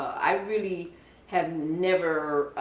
i really have never